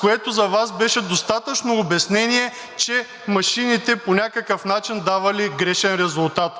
което за Вас беше достатъчно обяснение, че машините по някакъв начин давали грешен резултат.